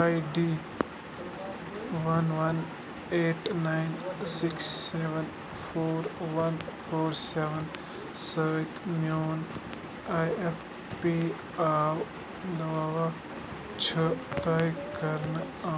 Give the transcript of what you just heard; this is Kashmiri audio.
I D one one eight nine six seven four one four seven سۭتۍ میون آی ایف پی او دعویٰ چھِ طے کَرنہٕ آ